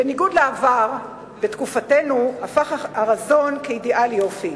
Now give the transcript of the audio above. בניגוד לעבר, בתקופתנו הפך הרזון לאידיאל יופי.